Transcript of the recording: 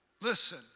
listen